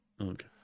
Okay